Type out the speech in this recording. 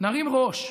נרים ראש,